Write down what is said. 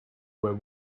were